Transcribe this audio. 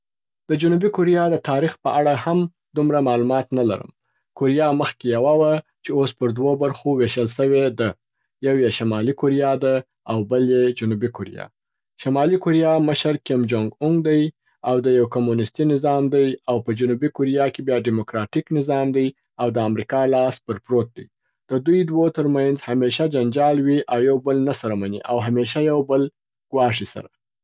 د جنوبي کوریا د تاریخ په اړه هم دومره معلومات نه لرم. کوریا مخکي یوه وه چې اوس پر دوو برخو ویشل سوې ده. یو یې شمالي کوریا ده او بل یې جنوبي کوریا. شمالي کوریا مشر کیم جون اونګ دی او د یو کمونیستي نظام دی او په جنوبي کوریا کي بیا ډیموکراټیک نظام دی او د امریکا لاس پر پروت دی. د دوی دوو تر منځ همیشه جنجال وي او یو بل نه سره مني او همیشه یو بل ګواښي سره.